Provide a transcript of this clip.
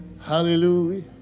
Hallelujah